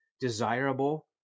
desirable